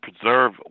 preserve